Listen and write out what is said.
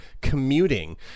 commuting